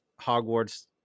Hogwarts